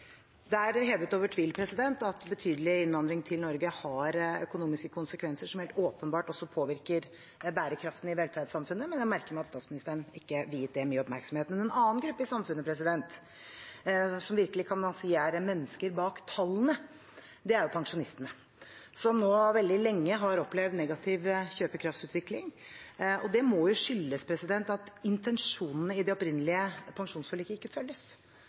Det er hevet over tvil at betydelig innvandring til Norge har økonomiske konsekvenser som helt åpenbart også påvirker bærekraften i velferdssamfunnet, men jeg merker meg at statsministeren ikke viet det mye oppmerksomhet. En annen gruppe i samfunnet som man virkelig kan si er mennesker bak tallene, er pensjonistene, som nå veldig lenge har opplevd negativ kjøpekraftsutvikling. Det må jo skyldes at intensjonene i det opprinnelige pensjonsforliket ikke følges.